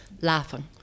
laughing